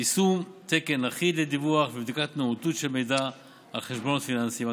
(יישום תקן אחיד לדיווח ולבדיקת נאותות של מידע על חשבונות פיננסיים),